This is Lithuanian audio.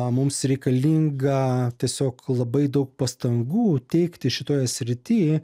mums reikalinga tiesiog labai daug pastangų teikti šitoje srity